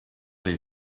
les